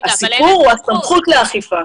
הסיפור הוא הסמכות לאכיפה.